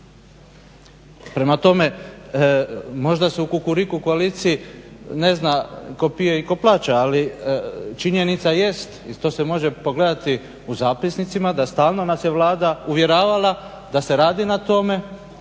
Prema tome, možda se u Kukuriku koaliciji ne zna tko pije i tko plaća, ali činjenica jest i to se može pogledati u zapisnicima da stalno nas je Vlada uvjeravala da se radi na tome,